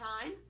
time